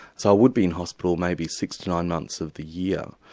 so i would be in hospital maybe six to nine months of the year.